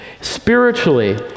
Spiritually